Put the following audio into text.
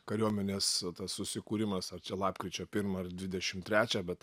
kariuomenės tas susikūrimas ar čia lapkričio pirmą ar dvidešim trečią bet